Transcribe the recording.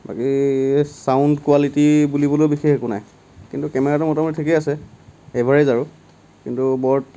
বাকী sound quality বুলিবলৈ বিশেষ একো নাই কিন্তু কেমেৰাটো মোটামুটি ঠিকেই আছে এভাৰেজ আৰু কিন্তু বৰ